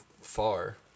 far